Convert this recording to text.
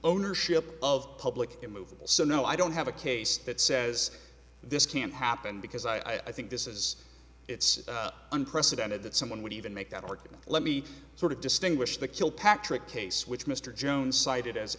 ownership of public immovable so no i don't have a case that says this can't happen because i i think this is it's unprecedented that someone would even make that argument let me sort of distinguish the kilpatrick case which mr jones cited as